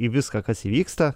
į viską kas įvyksta